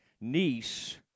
niece